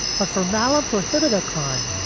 but for mallat, prohibit a crime.